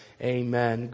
amen